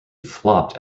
flopped